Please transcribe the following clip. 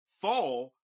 fall